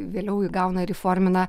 vėliau įgauna ir įformina